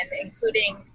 including